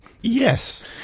yes